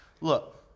Look